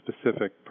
specific